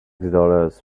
dollars